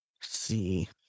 see